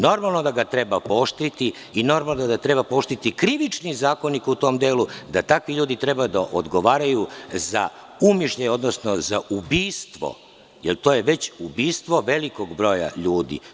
Normalno je da ga treba pooštriti i normalno je da treba pooštriti Krivični zakonik u tom delu, da takvi ljudi treba da odgovaraju za umišljaj, odnosno za ubistvo, jer to je već ubistvo velikog broja ljudi.